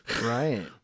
right